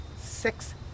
six